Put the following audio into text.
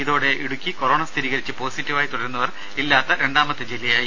ഇതോടെ ഇടുക്കി കൊറോണ സ്ഥിരീകരിച്ച് പോസിറ്റീവായി തുടരുന്നവർ ഇല്ലാത്ത രണ്ടാമത്തെ ജില്ലയായി